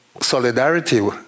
solidarity